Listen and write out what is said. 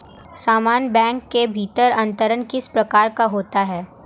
समान बैंक के भीतर अंतरण किस प्रकार का होता है?